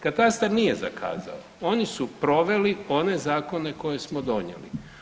Katastar nije zakazao, oni su proveli one zakone koje smo donijeli.